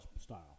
style